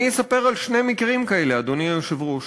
אני אספר על שני מקרים כאלה, אדוני היושב-ראש.